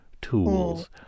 tools